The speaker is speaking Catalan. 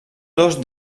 dos